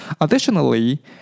Additionally